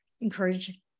encourage